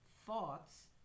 thoughts